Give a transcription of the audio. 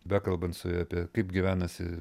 bekalbant su ja apie kaip gyvenasi